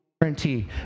guarantee